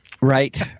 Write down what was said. Right